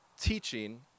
teaching